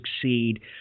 succeed